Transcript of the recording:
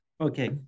Okay